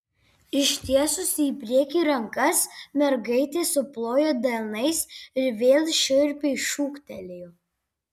ištiesusi į priekį rankas mergaitė suplojo delnais ir vėl šiurpiai šūktelėjo